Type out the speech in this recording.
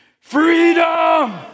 Freedom